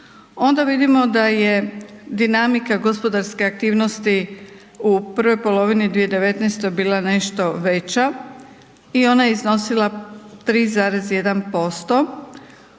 onda vidimo da je dinamika gospodarske aktivnosti u prvoj polovini 2019. bila nešto veća i ona je iznosila 3,1%